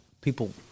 people